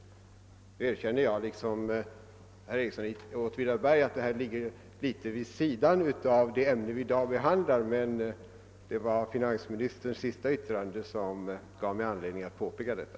Liksom herr Ericsson i Åtvidaberg erkänner jag att detta ligger litet vid sidan om det ämne vi i dag behandlar. Det var finansministerns senaste yttrande som gav mig anledning att påpeka detta.